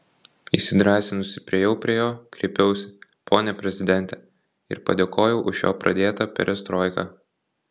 įsidrąsinusi priėjau prie jo kreipiausi pone prezidente ir padėkojau už jo pradėtą perestroiką